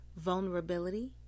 vulnerability